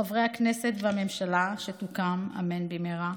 חברי הכנסת והממשלה שתוקם אמן במהרה.